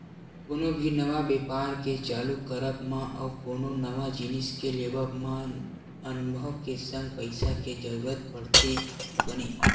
कोनो भी नवा बेपार के चालू करब मा अउ कोनो नवा जिनिस के लेवब म अनभव के संग पइसा के जरुरत पड़थे बने